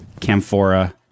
camphora